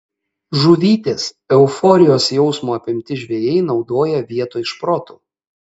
žuvytės euforijos jausmo apimti žvejai naudoja vietoj šprotų